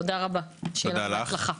תודה ושיהיה לנו בהצלחה.